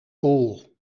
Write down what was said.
cool